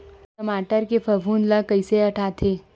टमाटर के फफूंद ल कइसे हटाथे?